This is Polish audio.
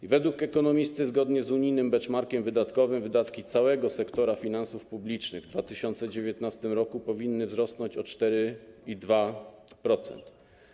I według ekonomisty zgodnie z unijnym benchmarkiem wydatkowym wydatki całego sektora finansów publicznych w 2019 r. powinny wzrosnąć o 4,2%.